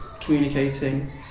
communicating